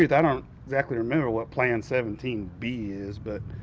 yeah don't exactly remember what plan seventeen b is, but.